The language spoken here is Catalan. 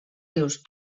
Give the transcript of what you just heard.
rius